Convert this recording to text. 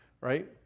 right